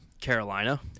Carolina